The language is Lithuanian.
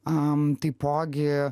am taipogi